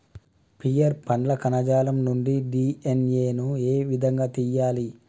Pear పండ్ల కణజాలం నుండి డి.ఎన్.ఎ ను ఏ విధంగా తియ్యాలి?